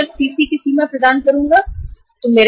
हो सकता है कि अन्य बैंक कहे कि तुम मेरे पास आओ